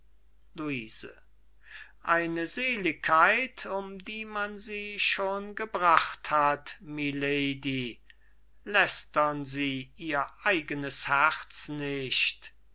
luise eine seligkeit um die man sie schon gebracht hat milady lästern sie ihr eigenes herz nicht